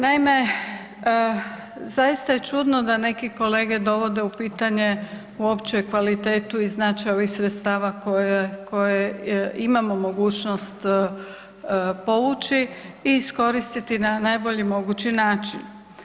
Naime, zaista je čudno da neki kolege dovode u pitanje uopće kvalitetu i značaj ovih sredstava koje imamo mogućnost povući i iskoristiti na najbolji mogući način.